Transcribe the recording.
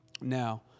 Now